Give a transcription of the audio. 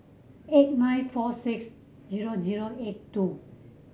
eight nine four six zero zero eight two